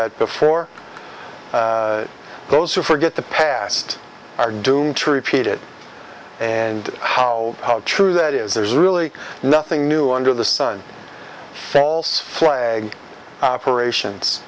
that before those who forget the past are doomed to repeat it and how true that is there's really nothing new under the sun flag operations